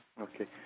Okay